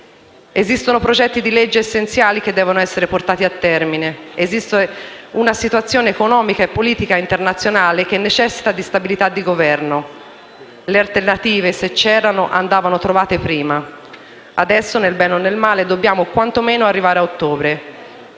Esistono progetti di legge essenziali che devono essere portati a termine. Esiste una situazione economica e politica internazionale che necessita di stabilità di Governo. Le alternative, se c'erano, andavano trovate prima. Adesso, nel bene e nel male, dobbiamo quantomeno arrivare ad ottobre.